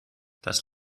das